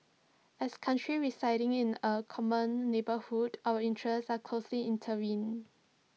as countries residing in A common neighbourhood our interests are closely intertwined